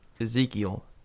Ezekiel